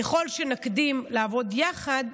ככל שנקדים לעבוד יחד,